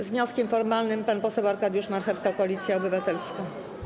Z wnioskiem formalnym pan poseł Arkadiusz Marchewka, Koalicja Obywatelska.